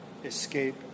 Escape